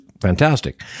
fantastic